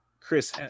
chris